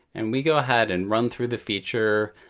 and we go ahead and run through the feature,